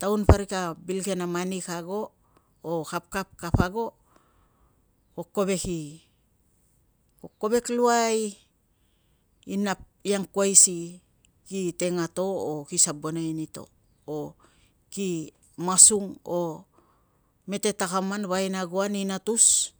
taun parik a bil ke na mani ka ago, o kapkap kapa ago, ko kovek, ko kovek luai inap i angkuai si ki ten a to, o ki sabonai ni to, o ki masung, o mete takaman, vainagoan inatus